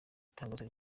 itangazo